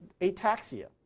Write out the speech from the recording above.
ataxia